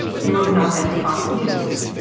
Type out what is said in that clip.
he wrote an op ed for fox news,